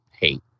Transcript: hate